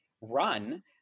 run